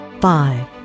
Five